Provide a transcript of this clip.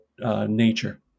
Nature